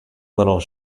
little